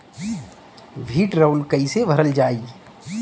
भीडरौल कैसे भरल जाइ?